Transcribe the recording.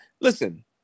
Listen